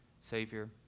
Savior